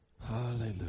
Hallelujah